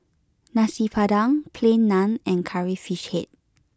Nasi Padang Plain Naan and Curry Fish Head